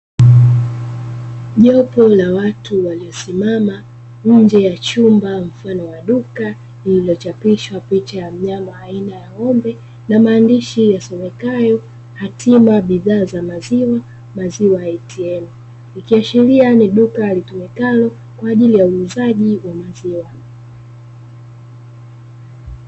Jopo la watu waliosimama nje ya chumba mfano wa duka lililochapishwa picha ya mnayma aina ng’ombe na maandishi yasomekayo „HATIMA BIDHAA ZA MAZIWA MAZIWA ATM” ikiashiria ni duka litumikalo kwaajili ya uuzaji wa maziwa.